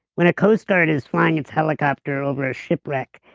when a coast guard is flying its helicopter over a shipwreck,